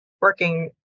working